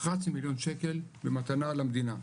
11,000,000 שקל במתנה למדינה,